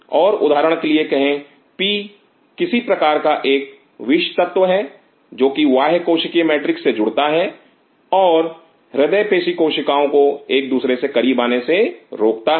और उदाहरण के लिए कहे पी किसी प्रकार का एक विष जो कि बाह्य कोशिकीय मैट्रिक्स से जुड़ता है और हृदय पेशीकोशिकाओं को एक दूसरे के करीब आने से रोकता है